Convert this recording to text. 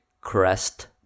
Crest